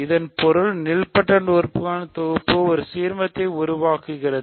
இதன் பொருள் நீல்பொடென்ட் உறுப்புகளின் தொகுப்பு ஒரு சீர்மத்தை உருவாக்குகிறது